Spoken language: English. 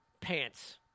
Pants